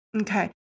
Okay